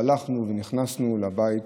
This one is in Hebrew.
הלכנו ונכנסנו לבית